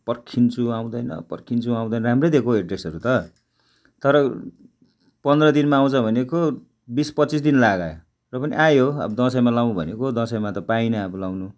पर्खिन्छु आउँदैन पर्खिन्छु अउँदैन राम्रै दिएको एड्रेसहरू त तर पन्ध्र दिनमा आउँछ भनेको बिस पच्चिस दिन लगायो र पनि आयो अब दसैँमा लगाउँ भनेको दसैँमा त पाइनँ अब लाउनु